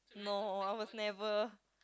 no I was never